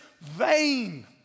vain